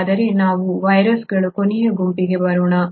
ಹಾಗಾದರೆ ನಾವು ವೈರಸ್ಗಳ ಕೊನೆಯ ಗುಂಪಿಗೆ ಬರೋಣ